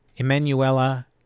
Emanuela